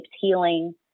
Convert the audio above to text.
healing